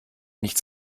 nichts